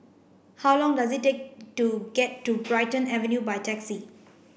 how long does it take to get to Brighton Avenue by taxi